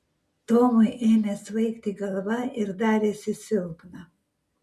tomui ėmė svaigti galva ir darėsi silpna